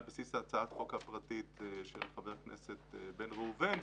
הבסיס הצעת החוק הפרטית של חבר הכנסת בן-ראובן.